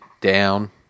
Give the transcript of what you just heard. down